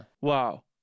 Wow